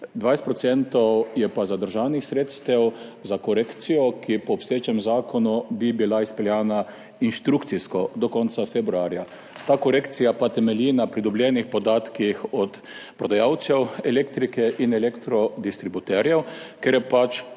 20 % je pa zadržanih sredstev za korekcijo, ki bi bila po obstoječem zakonu izpeljana instrukcijsko do konca februarja. Ta korekcija pa temelji na pridobljenih podatkih od prodajalcev elektrike in elektrodistributerjev, ker je